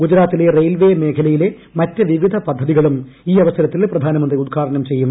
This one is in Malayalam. ഗുജറാത്തിലെ റെയിൽവേ മേഖലയിലെ മറ്റ് വിവിധ പദ്ധതികളും ഈ അവസരത്തിൽ പ്രധാനമന്ത്രി ഉദ്ഘാടനം ചെയ്യും